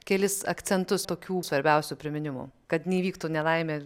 kelis akcentus tokių svarbiausių priminimų kad neįvyktų nelaimė